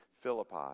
philippi